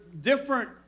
different